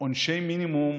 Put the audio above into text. עונשי מינימום